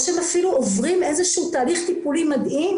או שהם אפילו עוברים איזשהו תהליך טיפולי מדהים